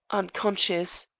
unconscious.